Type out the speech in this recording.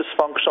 dysfunctional